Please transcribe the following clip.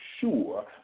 sure